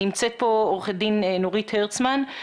אחרי הרבה מאוד שנים בתחום כשאני עצמי לא הבנתי למה זה חשוב,